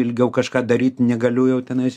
ilgiau kažką daryt negaliu jau tenais